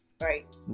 Right